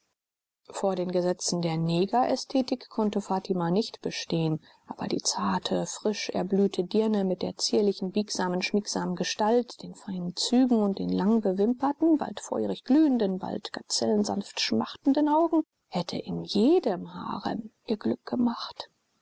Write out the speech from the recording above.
vor den gesetzen der negerästhetik konnte fatima nicht bestehen aber die zarte frisch erblühte dirne mit der zierlichen biegsam schmiegsamen gestalt den feinen zügen und den lang bewimperten bald feurig glühenden bald gazellensanft schmachtenden augen hätte in jedem harem ihr glück gemacht